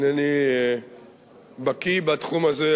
אינני בקי בתחום הזה,